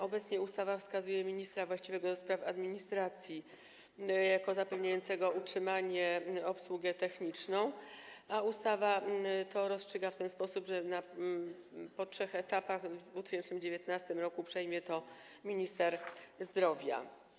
Obecnie ustawa wskazuje ministra właściwego do spraw administracji jako zapewniającego utrzymanie i obsługę techniczną, a ustawa to rozstrzyga w ten sposób, że po trzech etapach w 2019 r. przejmie to minister zdrowia.